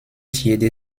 jede